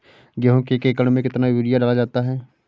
गेहूँ के एक एकड़ में कितना यूरिया डाला जाता है?